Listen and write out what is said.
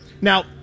Now